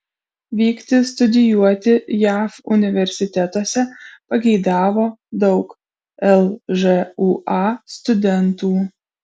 vykti studijuoti jav universitetuose pageidavo daug lžūa studentų